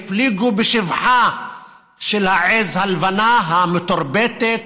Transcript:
הפליגו בשבחה של העז הלבנה המתורבתת,